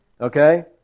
Okay